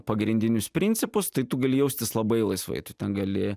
pagrindinius principus tai tu gali jaustis labai laisvai tu ten gali